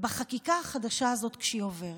בחקיקה החדשה הזאת כשהיא עוברת.